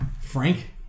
frank